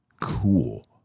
cool